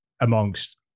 amongst